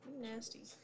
Nasty